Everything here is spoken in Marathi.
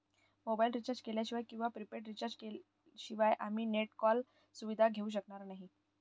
मोबाईल रिचार्ज केल्याशिवाय किंवा प्रीपेड रिचार्ज शिवाय आम्ही नेट आणि कॉल सुविधा घेऊ शकणार नाही